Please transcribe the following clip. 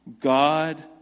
God